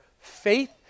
faith